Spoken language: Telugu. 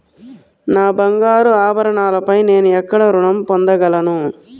నా బంగారు ఆభరణాలపై నేను ఎక్కడ రుణం పొందగలను?